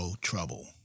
trouble